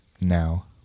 now